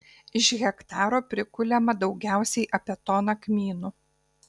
iš hektaro prikuliama daugiausiai apie toną kmynų